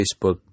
Facebook